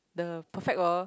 the perfect world